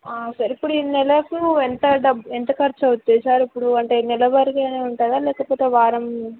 sir ఇప్పుడు ఈ నెలకు ఎంత డబ్ ఎంత ఖర్చు అవుతాయి సార్ ఇప్పుడు అంటే నెలవారిగా ఉంటాయా లేక వారం